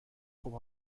خوب